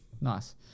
Nice